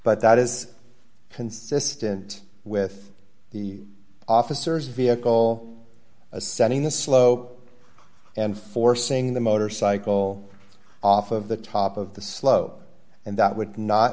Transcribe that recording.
but that is consistent with the officers vehicle ascending the slope and forcing the motorcycle off of the top of the slow and that would not